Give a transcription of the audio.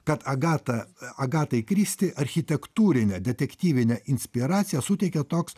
kad agata agatai kristi architektūrinę detektyvinę inspiraciją suteikė toks